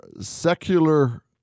secular